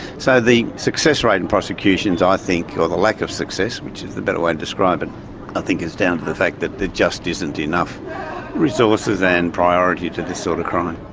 so the success rate in prosecutions, i think, or the lack of success which is the better way to describe it i think is down to the fact that there just isn't enough resources and priority to this sort of crime.